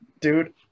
Dude